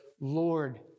Lord